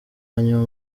wanyuma